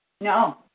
No